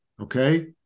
okay